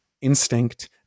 instinct